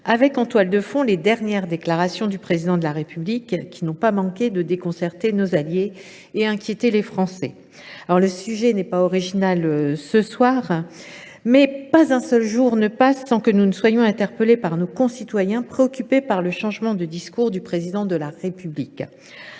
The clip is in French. avec en toile de fond les dernières déclarations du Président de la République, qui n’ont pas manqué de déconcerter nos alliés et d’inquiéter les Français. Le sujet de mon intervention ne sera pas original, mais il ne se passe pas un seul jour sans que nous soyons interpellés par nos concitoyens préoccupés par le changement de discours du Président de la République.